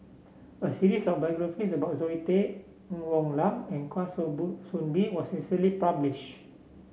a series of biographies about Zoe Tay Ng Woon Lam and Kwa Soon Bee was recently publish